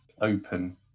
open